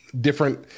different